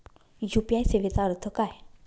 UPI सेवेचा अर्थ काय?